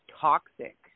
toxic